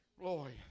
glory